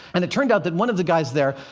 and it turned out that one of the guys there,